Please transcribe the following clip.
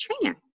trainer